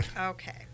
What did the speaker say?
Okay